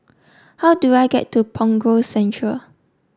how do I get to Punggol Central